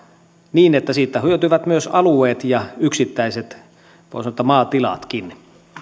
niin että siitä hyötyvät myös alueet ja yksittäiset voi sanoa maatilatkin